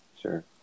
sure